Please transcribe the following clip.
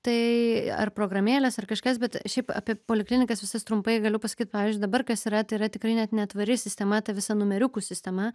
tai ar programėlės ar kažkas bet šiaip apie poliklinikas visas trumpai galiu pasakyt pavyzdžiui dabar kas yra tai yra tikrai net netvari sistema ta visa numeriukų sistema